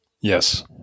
Yes